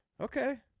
Okay